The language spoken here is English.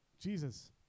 Jesus